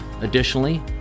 Additionally